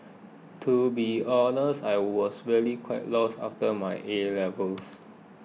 to be honest I was really quite lost after my A levels